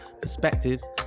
perspectives